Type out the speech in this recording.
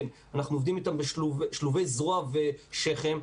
אנחנו עובדים איתה שילובי זרוע ושכם.